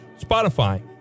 Spotify